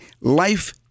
life